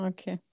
Okay